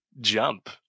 jump